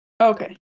Okay